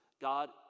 God